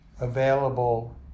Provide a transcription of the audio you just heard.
available